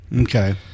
Okay